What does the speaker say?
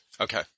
Okay